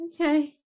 Okay